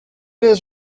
his